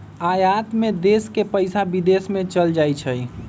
आयात में देश के पइसा विदेश में चल जाइ छइ